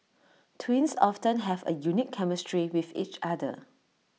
twins often have A unique chemistry with each other